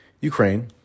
Ukraine –